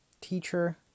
Teacher